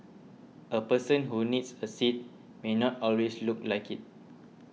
a person who needs a seat may not always look like it